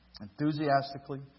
enthusiastically